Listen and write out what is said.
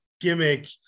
gimmick